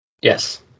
yes